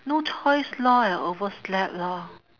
no choice lor I overslept lor